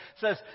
says